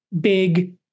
big